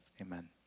Amen